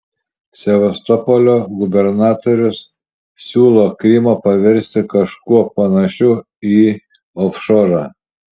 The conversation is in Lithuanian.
sevastopolio gubernatorius siūlo krymą paversti kažkuo panašiu į ofšorą